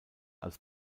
als